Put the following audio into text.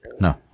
No